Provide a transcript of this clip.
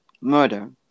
murder